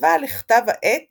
וכתבה לכתב העת